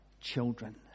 children